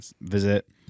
visit